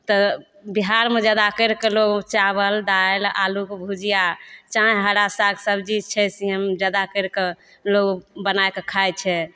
तऽ बिहारमे जादा करिके लोग चाबल दालि आलूके भुजिआ चाहे हरा साग सबजी छै सेम जादा करके लोग बनाए के खाइत छै